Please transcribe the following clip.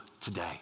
today